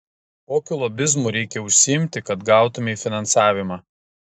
kokiu lobizmu reikia užsiimti kad gautumei finansavimą